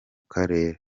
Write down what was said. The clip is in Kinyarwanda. karere